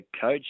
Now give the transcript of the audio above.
coach